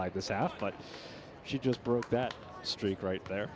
like this out but she just broke that streak right there